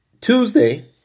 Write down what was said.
Tuesday